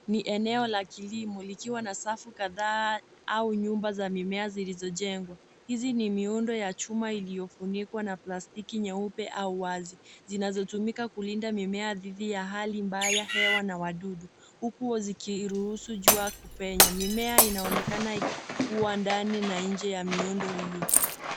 Ni eneo la kilimo likiwa na safu kadhaa au nyumba za mimea zilizojegwa .Hizi ni miundo ya chuma iliyofunikwa na plastiki nyeupe au wazi zinazotumika kulinda mimea dhidi ya hali mbaya ya hewa na wadudu huku zikiruhusu jua kupenya .Mimea inaonekana ikikua ndani na nje ya miundo hii.